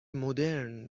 مدرن